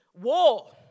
war